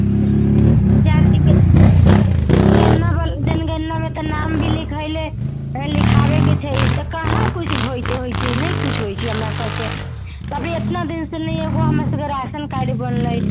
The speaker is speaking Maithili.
जनगणनामे तऽ नाम भी लिखैले लिखाबे के छै तऽ कहाँ किछु होइ छै नहि किछु होइ छै हमरा सब के अभी इतना दिन से नहि एगो हमरा राशन कार्ड बनलै